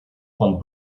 von